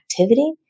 activity